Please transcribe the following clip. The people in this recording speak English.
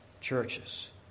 churches